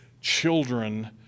children